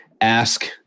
ask